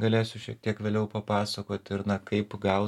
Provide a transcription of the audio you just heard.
galėsiu šiek tiek vėliau papasakot ir na kaip gal